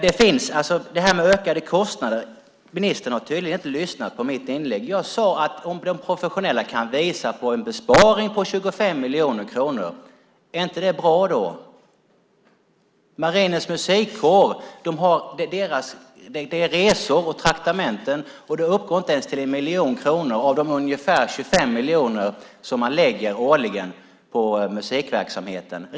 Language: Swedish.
När det gäller detta med ökade kostnader har ministern tydligen inte lyssnat på mitt inlägg. Jag undrade om det inte är bra om de professionella kan visa en besparing på 25 miljoner kronor. När det gäller Marinens musikkår handlar det om resor och traktamenten, och kostnaden uppgår inte ens till 1 miljon kronor av de ungefär 25 miljoner som man årligen lägger på musikverksamheten.